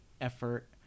effort